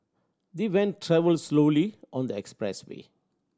the van travelled slowly on the expressway